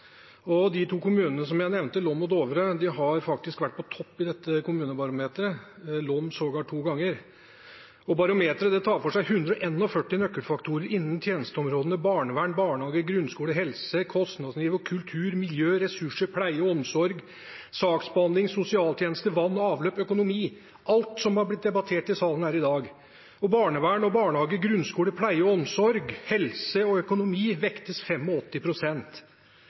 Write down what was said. De to kommunene som jeg nevnte, Lom og Dovre, har faktisk vært på topp på Kommunebarometeret – Lom sågar to ganger. Barometeret tar for seg 141 nøkkelfaktorer innen tjenesteområdene barnevern, barnehager, grunnskole, helse, kostnadsnivå, kultur, miljø, ressurser pleie og omsorg, saksbehandling, sosialtjeneste, vann og avløp, økonomi – alt som har blitt debattert her i salen i dag. Barnevern, barnehager, grunnskole, pleie og omsorg, helse og økonomi vektes